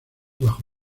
bajo